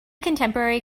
contemporary